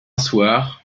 soir